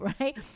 right